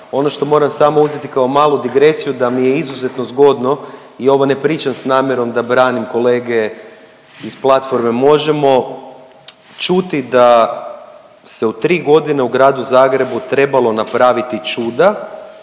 Ono što moram samo uzeti kao malu digresiju da mi je izuzetno zgodno i ovo ne pričam s namjerom da branim kolege iz platforme Možemo! čuti da se u tri godine u gradu Zagrebu trebalo napraviti čuda